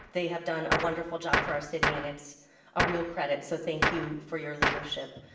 they have done a wonderful job for our city. and it's a real credit. so thank you for your leadership.